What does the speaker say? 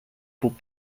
που